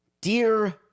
dear